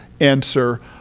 answer